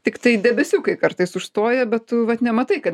tiktai debesiukai kartais užstoja bet tu vat nematai kad